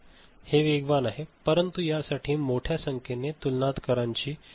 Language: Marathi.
हे वेगवान आहे परंतु यासाठी मोठ्या संख्येने तुलनाकारांची आवश्यकता आहे